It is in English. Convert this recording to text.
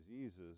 diseases